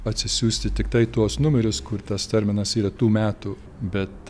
atsisiųsti tiktai tuos numerius kur tas terminas yra tų metų bet